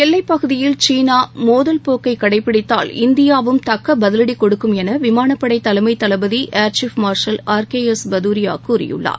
எல்லைப்பகுதியில் சீனா மோதல் போக்கை கடைப்பிடித்தால் இந்தியாவும் தக்க பதிவடி கொடுக்கும் என விமானப்படை தலைமைத் தளபதி air chief marshal R K S Bhadauria கூறியுள்ளார்